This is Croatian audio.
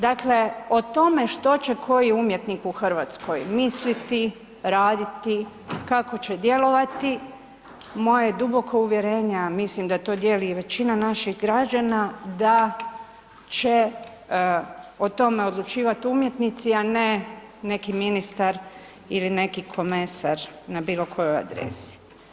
Dakle, o tome što će koji umjetnik u Hrvatskoj misliti, raditi, kako će djelovati, moje duboka uvjerenja, mislim da to dijeli i većina naših građana, da će o tome odlučivati umjetnici, a ne neki ministar ili neki komesar na bilo kojoj adresi.